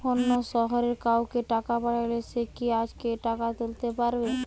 অন্য শহরের কাউকে টাকা পাঠালে সে কি আজকেই টাকা তুলতে পারবে?